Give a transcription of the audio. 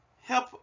help